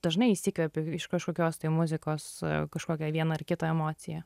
dažnai įsikvepiu iš kažkokios tai muzikos kažkokią vieną ar kitą emociją